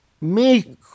make